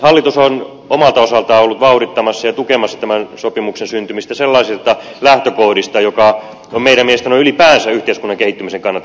hallitus on omalta osaltaan ollut vauhdittamassa ja tukemassa tämän sopimuksen syntymistä sellaisista lähtökohdista jotka ovat meidän mielestämme ylipäänsä yhteiskunnan kehittymisen kannalta järkeviä